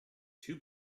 two